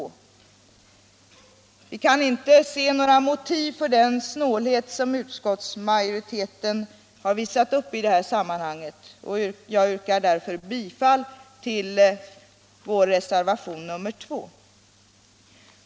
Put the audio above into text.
Vi kan inte se några motiv för den snålhet som utskottsmajoriteten har visat i detta sammanhang. Jag yrkar därför bifall till vår reservation nr 2.